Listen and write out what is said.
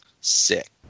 sick